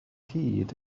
hyd